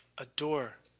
a door,